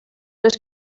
les